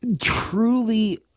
Truly